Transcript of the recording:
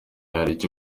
ajya